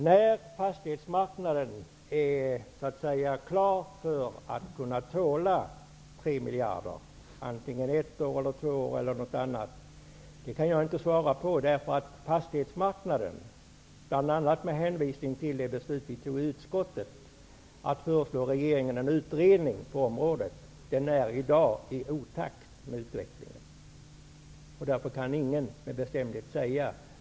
När fastighetsmarknaden så att säga är klar att tåla 3 miljarder, om ett, två eller flera år -- jag kan inte svara på när det blir, eftersom fastighetsmarknaden, bl.a. med hänvisning till det beslut som vi fattade i utskottet om att föreslå regeringen en utredning på området, är i dag i otakt med utvecklingen -- kan ingen med bestämdhet säga.